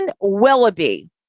Willoughby